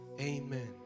Amen